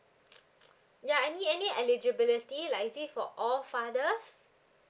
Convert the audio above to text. yeah any any eligibility like is it for all fathers